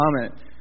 comment